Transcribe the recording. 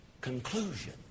conclusion